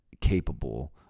capable